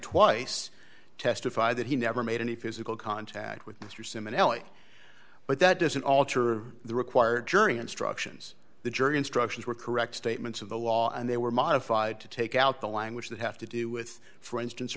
twice testify that he never made any physical contact with mr simmon ellie but that doesn't alter the required jury instructions the jury instructions were correct statements of the law and they were modified to take out the language that have to do with for instance